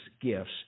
gifts